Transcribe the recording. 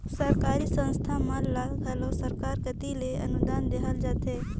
सरकारी संस्था मन ल घलो सरकार कती ले अनुदान देहल जाथे